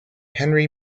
henry